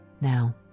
now